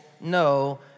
no